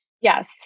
Yes